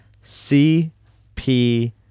C-P